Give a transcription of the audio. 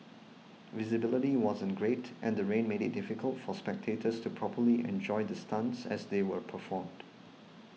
visibility wasn't great and the rain made it difficult for spectators to properly enjoy the stunts as they were performed